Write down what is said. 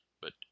But